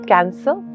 Cancer